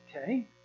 Okay